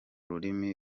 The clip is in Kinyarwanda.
rurimi